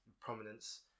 prominence